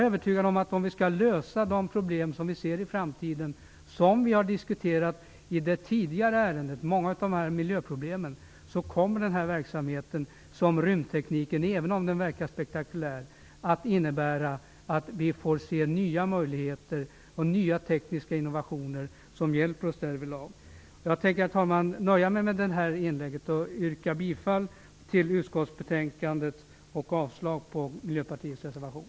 För att kunna lösa de problem som vi ser i framtiden och som vi diskuterade i samband med det tidigare ärendet - de många miljöproblemen - kommer den verksamhet som rymdtekniken innebär, även om den verkar spektakulär, att betyda - det är jag övertygad om - att vi får se nya möjligheter och nya tekniska innovationer som hjälper oss därvidlag. Herr talman! Med detta nöjer jag mig i det här inlägget. Jag yrkar bifall till hemställan i utskottets betänkande och avslag på Miljöpartiets reservation.